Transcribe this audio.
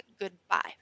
Goodbye